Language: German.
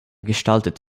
gestaltet